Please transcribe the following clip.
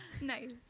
Nice